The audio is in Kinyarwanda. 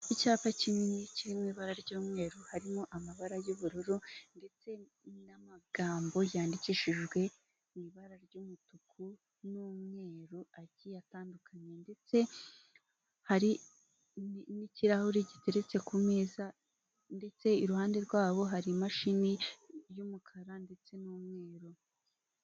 Icyapa kinini kirimo ibara ry'umweru, harimo amabara y'ubururu ndetse n'amagambo yandikishijwe mu ibara ry'umutuku n'umweru agiye atandukanye ndetse hari n'ikirahure giteretse ku meza ndetse iruhande rwabo hari imashini y'umukara ndetse n'umweru.